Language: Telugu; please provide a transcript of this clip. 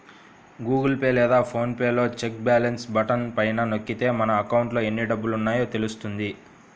గూగుల్ పే లేదా ఫోన్ పే లో చెక్ బ్యాలెన్స్ బటన్ పైన నొక్కితే మన అకౌంట్లో ఎన్ని డబ్బులున్నాయో తెలుస్తుంది